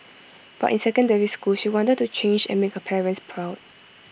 but in secondary school she wanted to change and make her parents proud